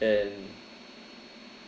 and